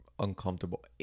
uncomfortable